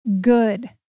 good